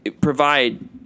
provide